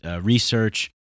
research